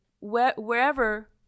wherever